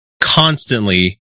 constantly